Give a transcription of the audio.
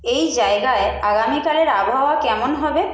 এই জায়গায় আগামীকালের আবহাওয়া কেমন হবে